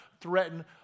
threaten